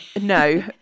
No